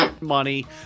money